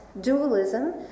dualism